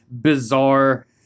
bizarre